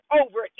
over